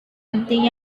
penting